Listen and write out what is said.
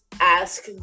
ask